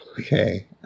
Okay